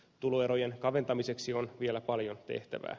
tuloerojen kaventamiseksi on vielä paljon tehtävää